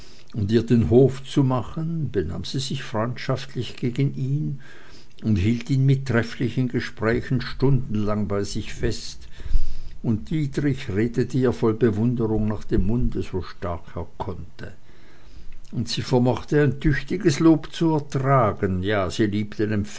und ihr den hof zu machen benahm sie sich freundschaftlich gegen ihn und hielt ihn mit trefflichen gesprächen stundenlang bei sich fest und dietrich redete ihr voll bewunderung nach dem munde so stark er konnte und sie vermochte ein tüchtiges lob zu ertragen ja sie liebte